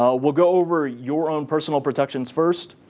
ah we'll go over your own personal protections first.